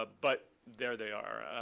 ah but there they are.